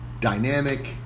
dynamic